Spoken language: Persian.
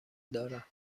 دارم